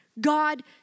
God